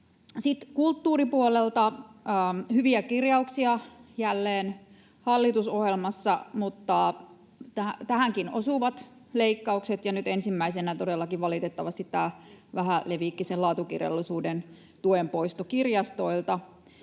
kulttuuripuolelta on hyviä kirjauksia jälleen hallitusohjelmassa, mutta tähänkin osuvat leikkaukset, ja nyt ensimmäisenä todellakin valitettavasti tämä vähälevikkisen laatukirjallisuuden tuen poisto kirjastoilta.